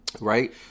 Right